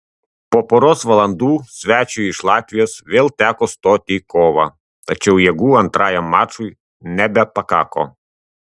po poros valandų svečiui iš latvijos vėl teko stoti į kovą tačiau jėgų antrajam mačui nebepakako